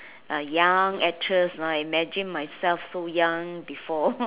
a young actress right imagine myself so young before